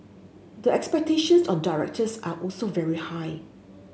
the expectations on directors are also very high